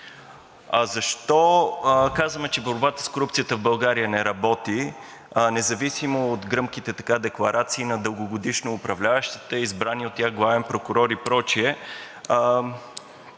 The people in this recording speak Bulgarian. А защо казваме, че борбата с корупцията в България не работи независимо от гръмките декларации на дългогодишно управляващите, избрания от тях главен прокурор и така